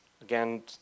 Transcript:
Again